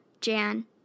Jan